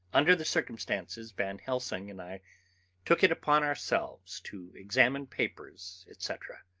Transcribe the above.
under the circumstances, van helsing and i took it upon ourselves to examine papers, etc.